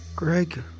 Greg